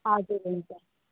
हजुर हुन्छ